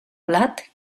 blat